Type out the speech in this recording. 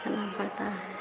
करना पड़ता है